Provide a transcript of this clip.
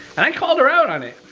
and i called her out on it.